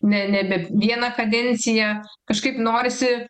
ne nebe vieną kadenciją kažkaip norisi